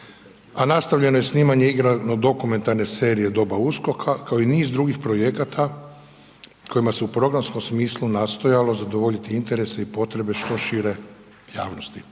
a nastavljeno je i snimanje igrano dokumentarne serije Doba Uskoka, kao i niz drugih projekata kojima se u programskom smislu nastojalo zadovoljiti interese i potrebe što šire javnosti.